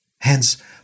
Hence